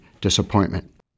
disappointment